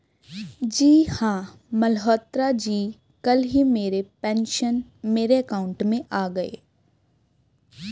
जी हां मल्होत्रा जी कल ही मेरे पेंशन मेरे अकाउंट में आ गए